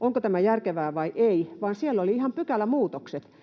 onko tämä järkevää vai ei, vaan siellä oli ihan pykälämuutokset.